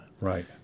right